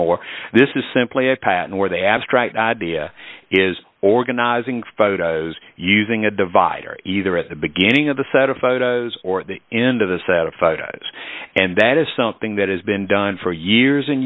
moore this is simply a patent where the abstract idea is organizing photos using a divider either at the beginning of the set of photos or the end of a set of photos and that is something that has been done for years and